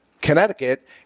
Connecticut